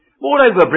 Moreover